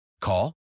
Call